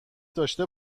داشته